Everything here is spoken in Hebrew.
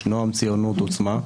יש נעם, ציונות, עוצמה.